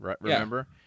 Remember